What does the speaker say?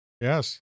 Yes